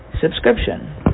subscription